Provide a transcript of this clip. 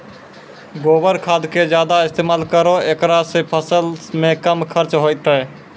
गोबर खाद के ज्यादा इस्तेमाल करौ ऐकरा से फसल मे कम खर्च होईतै?